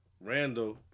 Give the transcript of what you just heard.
Randall